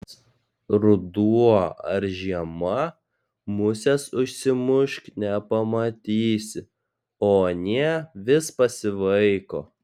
ruduo ar žiema musės užsimušk nepamatysi o anie vis pasivaiko